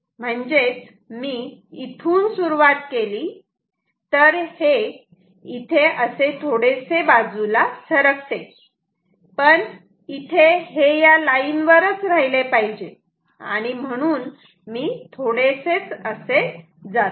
म्हणजेच मी इथून सुरुवात केली तर हे इथे थोडेसे बाजूला असे सरकते पण इथे हे या लाईन वरच राहिले पाहिजे आणि म्हणून मी थोडेसे असे जातो